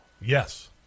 Yes